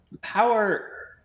Power